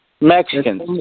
Mexicans